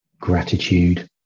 gratitude